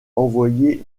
envoyée